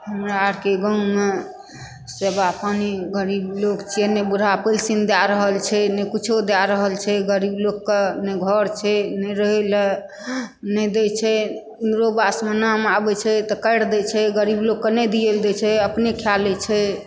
हमरा आरके गाँव मे सेवा पानि गरीब लोक छियै नहि बुढ़ा पेन्शन दए रहल छै नहि किछो दए रहल छै गरीब लोक के नहि घर छै नहि रहै लऽ नहि दै छै इन्दिरो आबास मे नाम आबै छै तऽ काटि दै छै गरीब लोक के नहि दियै लए दै छै अपने खाय लै छै